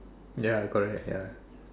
ya correct ya